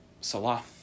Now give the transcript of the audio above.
Salah